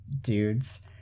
dudes